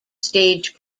stage